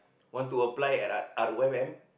want to apply at R_O_M